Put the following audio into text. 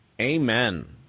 Amen